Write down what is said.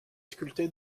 sculptée